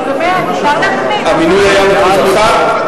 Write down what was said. המינוי היה בתקופתך?